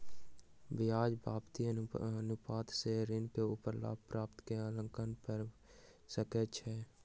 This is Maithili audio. ब्याज व्याप्ति अनुपात सॅ ऋण के ऊपर लाभ प्राप्ति के आंकलन भ सकै छै